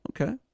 Okay